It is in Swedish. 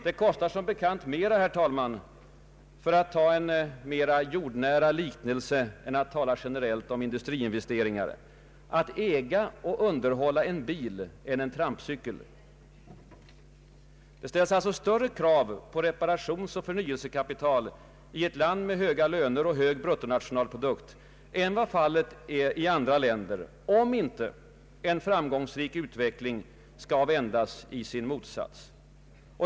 Det kostar som bekant mer, herr talman, för att ta en mer jordnära liknelse än att tala generellt om industriinvesteringar, att äga och underhålla en bil än en trampceykel. Det ställs alltså större krav på reparationsoch förnyelsekapital i ett land med höga löner och hög bruttonationalprodukt än fallet är i andra länder, om inte en framgångsrik utveckling skall vändas i sin motsats.